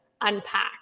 unpack